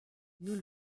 nous